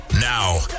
now